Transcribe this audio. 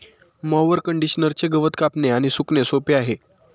mower कंडिशनरचे गवत कापणे आणि सुकणे सोपे आहे